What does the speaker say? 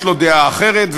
יש לו דעה אחרת,